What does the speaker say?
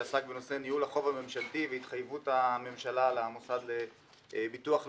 שעסק בנושא ניהול החוב הממשלתי והתחייבות הממשלה למוסד לביטוח לאומי,